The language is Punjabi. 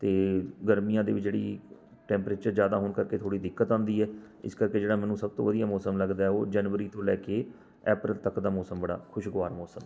ਅਤੇ ਗਰਮੀਆਂ ਦੇ ਵੀ ਜਿਹੜੀ ਟੈਂਪਰੇਚਰ ਜ਼ਿਆਦਾ ਹੋਣ ਕਰਕੇ ਥੋੜ੍ਹੀ ਦਿੱਕਤ ਆਉਂਦੀ ਹੈ ਇਸ ਕਰਕੇ ਜਿਹੜਾ ਮੈਨੂੰ ਸਭ ਤੋਂ ਵਧੀਆ ਮੌਸਮ ਲੱਗਦਾ ਉਹ ਜਨਵਰੀ ਤੋਂ ਲੈ ਕੇ ਅਪ੍ਰੈਲ ਤੱਕ ਦਾ ਮੌਸਮ ਬੜਾ ਖੁਸ਼ਗਵਾਰ ਮੌਸਮ ਹੈ